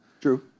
True